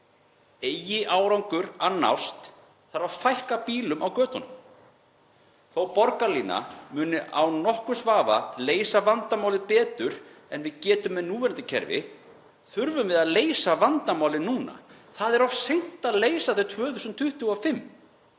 Eigi árangur að nást þarf að fækka bílum á götunum. Þótt borgarlína muni án nokkurs vafa leysa vandamálin betur en við getum með núverandi kerfi þá þurfum við að leysa vandamálin núna. Það er of seint að leysa þau 2025.